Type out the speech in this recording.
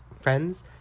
friends